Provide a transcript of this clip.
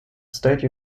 state